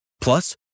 Plus